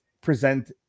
present